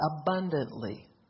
abundantly